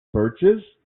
birches